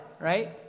right